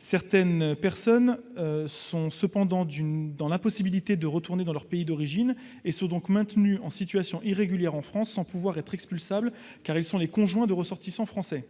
Certaines personnes sont cependant dans l'impossibilité de retourner dans leur pays d'origine et sont donc maintenues en situation irrégulière en France, sans pouvoir être expulsables car elles sont les conjoints de ressortissants français.